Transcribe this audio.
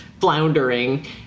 floundering